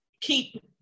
keep